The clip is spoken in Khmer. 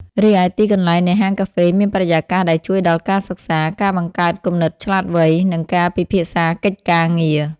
រីឯទីកន្លែងនៃហាងការហ្វេមានបរិយាកាសដែលជួយដល់ការសិក្សា ការបង្កើតគំនិតឆ្លាតវៃ និងការពិភាក្សាកិច្ចការងារ។